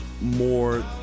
more